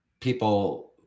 people